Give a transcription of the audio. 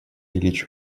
ильич